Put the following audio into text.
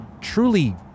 truly